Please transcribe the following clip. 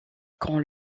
quand